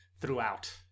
throughout